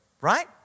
right